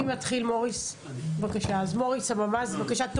מוריס, סממ"ז, בבקשה.